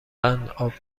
قنداب